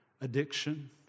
addiction